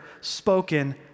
spoken